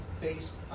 based